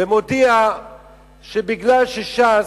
ומודיע שמכיוון שש"ס,